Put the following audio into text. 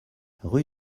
rue